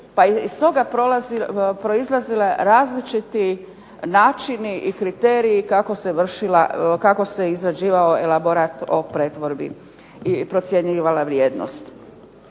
pa iz toga proizlaze različiti načini i kriteriji kako se izrađivao elaborat o pretvorbi i procjenjivala vrijednost.